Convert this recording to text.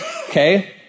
okay